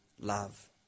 love